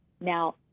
Now